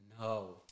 No